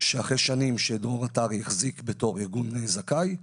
כשאחרי שנים שדרור עטרי החזיק בתור ארגון זכאי,